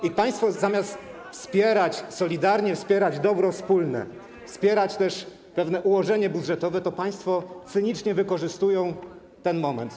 I państwo zamiast wspierać, solidarnie wspierać dobro wspólne, wspierać też pewne ułożenie budżetowe, cynicznie wykorzystują ten moment.